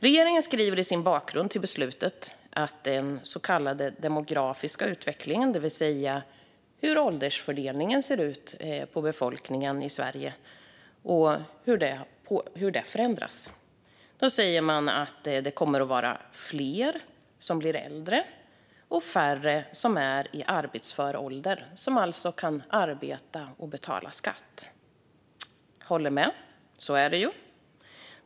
Regeringen skriver i sin bakgrund till beslutet om tilläggsdirektiven att den så kallade demografiska utvecklingen, det vill säga åldersfördelningen på befolkningen i Sverige, förändras. Man säger att det kommer att bli fler äldre och färre i arbetsför ålder som kan arbeta och betala skatt. Jag håller med; så är det ju.